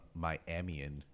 Miamian